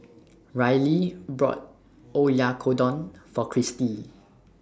Ryley bought Oyakodon For Cristi